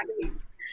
magazines